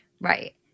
Right